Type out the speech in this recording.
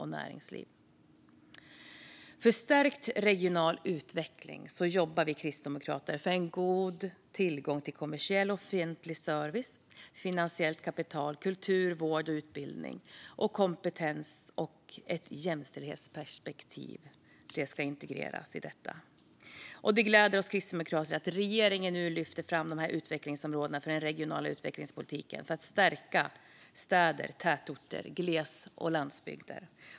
När det gäller förstärkt regional utveckling jobbar vi kristdemokrater för en god tillgång till kommersiell och offentlig service, finansiellt kapital, kultur, vård, utbildning och kompetens samt för att ett jämställdhetsperspektiv ska integreras. Det gläder oss kristdemokrater att regeringen nu lyfter fram dessa utvecklingsområden för den regionala utvecklingspolitiken för att stärka städer, tätorter samt gles och landsbygder.